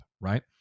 right